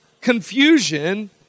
confusion